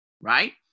right